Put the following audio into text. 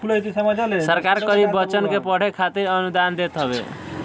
सरकार गरीब बच्चन के पढ़े खातिर अनुदान देत हवे